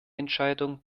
entscheidung